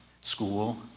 school